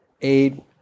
aid